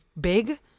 big